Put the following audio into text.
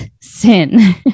sin